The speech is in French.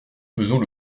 faisons